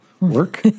Work